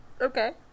Okay